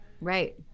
Right